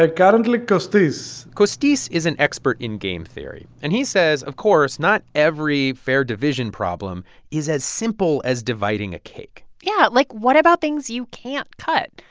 ah currently, costis costis is an expert in game theory. and he says, of course, not every fair division problem is as simple as dividing a cake yeah. like, what about things you can't cut?